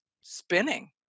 spinning